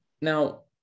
Now